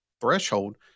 threshold